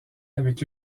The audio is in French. avec